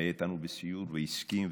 שהיה איתנו בסיור והסכים.